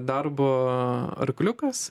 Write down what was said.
darbo arkliukas